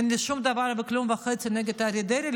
אין לי שום דבר וכלום וחצי נגד אריה דרעי,